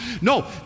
No